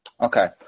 Okay